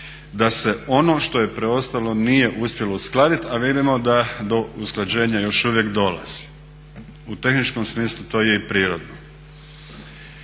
da se ono što je preostalo nije uspjelo uskladit a vidimo da do usklađenja još uvijek dolazi. U tehničkom smislu to je i prirodno.